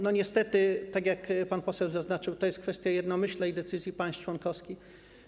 Niestety, tak jak pan poseł zaznaczył, to jest kwestia jednomyślnej decyzji państw członkowskich.